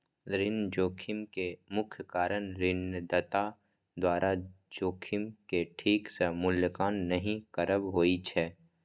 ऋण जोखिम के मुख्य कारण ऋणदाता द्वारा जोखिम के ठीक सं मूल्यांकन नहि करब होइ छै